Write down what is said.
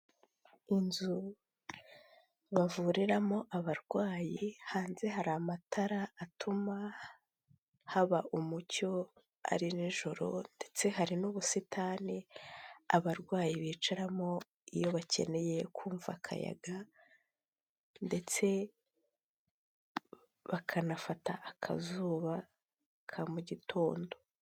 Inzu bavuriramo abarwayi hanze hari amatara atuma, haba umucyo ari nijoro ndetse hari n'ubusitani abarwayi bicaramo iyo bakeneye kumva akayaga ndetse bakanafata akazuba ka mu gitondo.